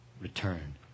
return